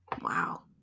Wow